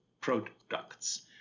products